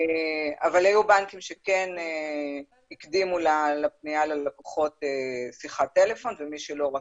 היו בנקים שכן הקדימו שיחת טלפון ללקוחות ומי שלא רצה,